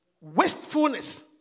wastefulness